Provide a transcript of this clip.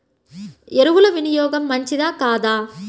ఎరువుల వినియోగం మంచిదా కాదా?